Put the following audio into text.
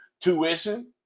tuition